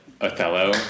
Othello